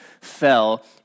fell